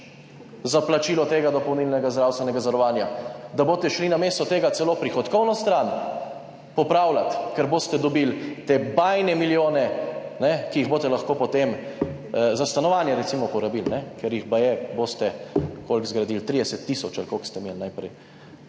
za plačilo tega dopolnilnega zdravstvenega zavarovanja, da boste šli namesto tega celo prihodkovno stran popravljati, ker boste dobili te bajne milijone, ki jih boste lahko potem za stanovanja, recimo, porabili, ker jih baje boste koliko zgradili, 30 tisoč ali koliko ste navajali, kajne.